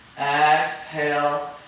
Exhale